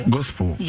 Gospel